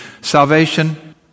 Salvation